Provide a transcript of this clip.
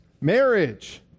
marriage